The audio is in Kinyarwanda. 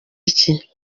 iki